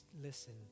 listen